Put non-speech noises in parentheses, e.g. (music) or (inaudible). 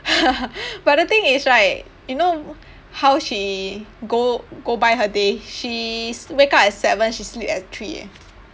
(noise) but the thing is right you know how she go go by her day she's wake up at seven she sleep at three eh